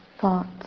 thoughts